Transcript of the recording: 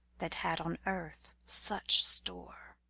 that had on earth such store.